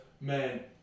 man